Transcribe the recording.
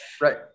Right